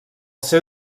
seu